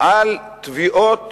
על תביעות